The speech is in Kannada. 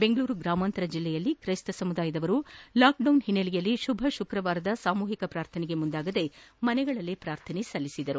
ಬೆಂಗಳೂರು ಗ್ರಾಮಾಂತರ ಜಿಲ್ಲೆಯಲ್ಲಿ ತ್ರೈಸ್ತ ಸಮುದಾಯದವರು ಲಾಕ್ಡೌನ್ ಓನ್ನೆಲೆಯಲ್ಲಿ ಶುಭ ಶುಕ್ರವಾರದ ಸಾಮೂಹಿಕ ಪ್ರಾರ್ಥನೆಗೆ ಮುಂದಾಗದೇ ಮನೆಗಳಲ್ಲೇ ಪ್ರಾರ್ಥನೆ ಸಲ್ಲಿಸಿದರು